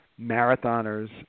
marathoners